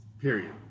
period